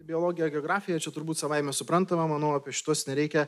biologija geografija čia turbūt savaime suprantama manau apie šituos nereikia